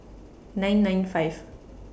nine nine five